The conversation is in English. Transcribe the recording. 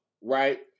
right